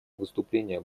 выступления